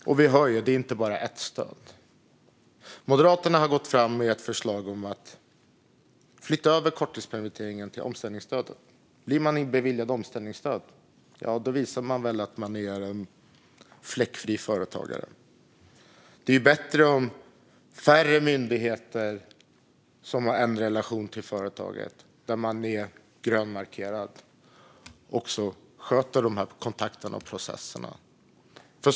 Som vi hör är det inte bara ett stöd. Moderaterna har gått fram med ett förslag om att flytta över korttidspermitteringen till omställningsstödet. Blir man beviljad omställningsstöd visar man väl att man är en fläckfri företagare. Det är ju bättre om färre myndigheter har en relation till det grönmarkerade företaget och sköter kontakterna och processerna.